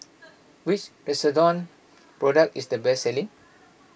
which Redoxon product is the best selling